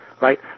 right